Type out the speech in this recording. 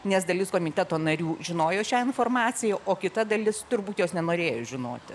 nes dalis komiteto narių žinojo šią informaciją o kita dalis turbūt jos nenorėjo žinoti